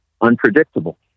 unpredictable